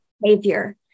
behavior